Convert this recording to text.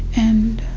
and